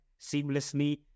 seamlessly